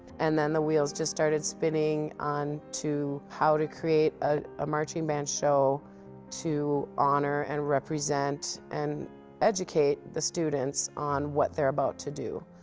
and then the wheels just started spinning on to how to create a ah marching band show to honor and represent and educate the students on what they're about to do.